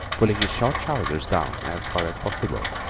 pulling his short trousers down as far as possible,